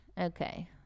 Okay